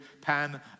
pan